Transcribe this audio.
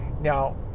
now